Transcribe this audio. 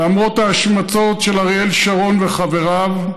למרות ההשמצות של אריאל שרון וחבריו,